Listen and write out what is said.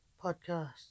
podcast